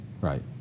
right